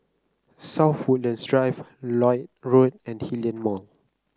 South Woodlands Drive Lloyd Road and Hillion Mall